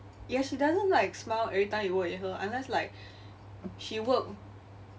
ya she doesn't like smile every time you work with her unless like she work